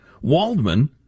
Waldman